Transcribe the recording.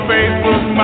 Facebook